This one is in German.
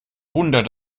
wunder